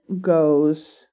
goes